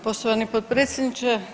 Poštovani potpredsjedniče.